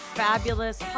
fabulous